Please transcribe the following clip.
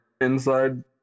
inside